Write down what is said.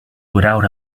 without